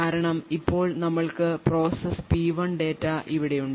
കാരണം ഇപ്പോൾ ഞങ്ങൾക്ക് പ്രോസസ് P1 ഡാറ്റ ഇവിടെയുണ്ട്